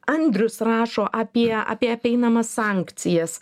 andrius rašo apie apie apeinamas sankcijas